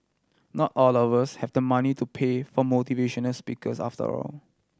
not all of us have the money to pay for motivational speakers after all